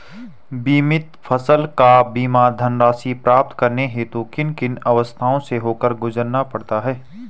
बीमित फसल का बीमा धनराशि प्राप्त करने हेतु किन किन अवस्थाओं से होकर गुजरना पड़ता है?